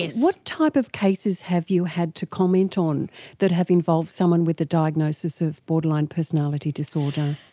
what type of cases have you had to comment on that have involved someone with a diagnosis of borderline personality disorder?